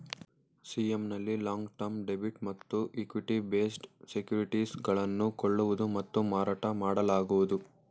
CM ನಲ್ಲಿ long term debit ಮತ್ತು equity based securities ಗಳನ್ನು ಕೊಳ್ಳುವುದು ಮತ್ತು ಮಾರಾಟ ಮಾಡಲಾಗುವುದು